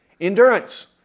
Endurance